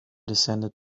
descended